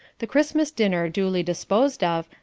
the christmas dinner duly disposed of,